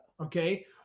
Okay